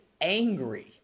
angry